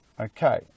Okay